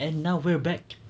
and now we're back